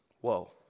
Whoa